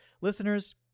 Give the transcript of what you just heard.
listeners